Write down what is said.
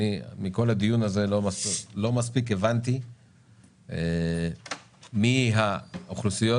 מכל הדיון הזה אני לא מספיק הבנתי מי האוכלוסיות